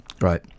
Right